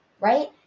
right